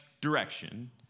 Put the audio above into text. direction